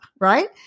right